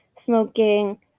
smoking